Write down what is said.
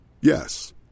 Yes